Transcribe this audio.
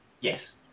Yes